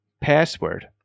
password